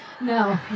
No